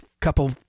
couple